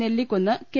Nellikunnu K